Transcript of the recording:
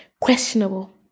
Questionable